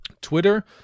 twitter